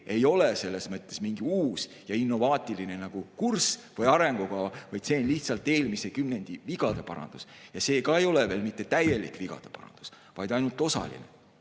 ei ole selles mõttes mingi uus ja innovaatiline kurss või arengukava, vaid see on lihtsalt eelmise kümnendi vigade parandus. Ja see ei ole mitte täielik vigade parandus, vaid ainult osaline.